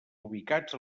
ubicats